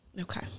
Okay